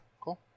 cool